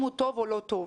אם הוא טוב או לא טוב,